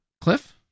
Cliff